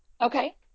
Okay